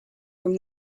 from